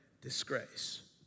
disgrace